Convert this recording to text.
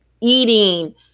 eating